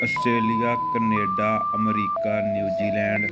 Australia Canada America New Zealand